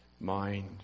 mind